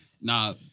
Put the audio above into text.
Nah